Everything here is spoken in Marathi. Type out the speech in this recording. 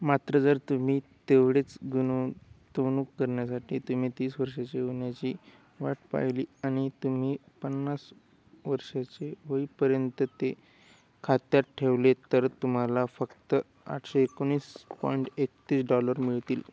मात्र जर तुम्ही तेवढीच गुनव तवनुक करण्यासाठी तुम्ही तीस वर्षांचे होण्याची वाट पाहिली आणि तुम्ही पन्नास वर्षांचे होईपर्यंत ते खात्यात ठेवलेत तर तुम्हाला फक्त आठशे एकोणीस पॉइंट एकतीस डॉलर मिळतील